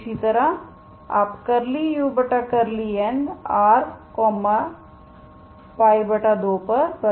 इसी तरह आप इस ∂u∂n